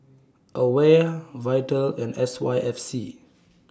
AWARE Vital and S Y F C